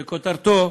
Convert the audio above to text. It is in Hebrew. שכותרתו: